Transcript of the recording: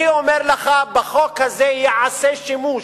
אני אומר לך, בחוק הזה ייעשה שימוש.